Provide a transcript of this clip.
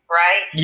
right